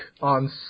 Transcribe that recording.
on